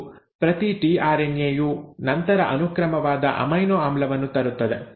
ಮತ್ತು ಪ್ರತಿ ಟಿಆರ್ಎನ್ಎ ಯು ನಂತರ ಅನುಕ್ರಮವಾದ ಅಮೈನೊ ಆಮ್ಲವನ್ನು ತರುತ್ತದೆ